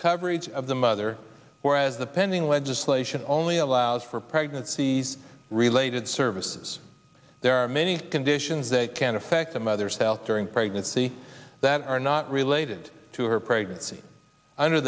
coverage of the mother whereas the pending legislation only allows for pregnancies related services there are many conditions that can affect the mother's health during pregnancy that are not related to her pregnancy under